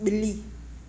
बि॒ली